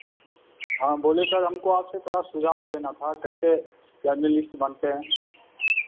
हाँ बोले सर हमको आपसे थोड़ा सुझाव लेना था कैसे जर्नलिस्ट बनते हैं